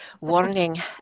warning